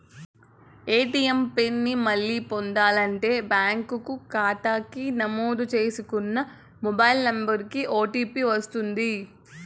ATM PIN ని మళ్ళీ పొందాలంటే బ్యాంకు కాతాకి నమోదు చేసుకున్న మొబైల్ నంబరికి ఓ.టీ.పి వస్తది